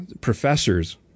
professors